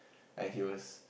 and he was